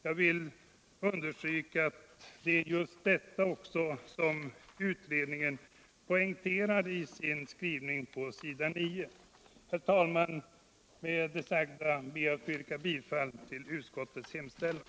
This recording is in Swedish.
Jag vill understryka att det är just detta som utredningen poängterar i sin skrivning. Herr talman! Med det sagda ber jag att få yrka bifall till utskottets hemställan.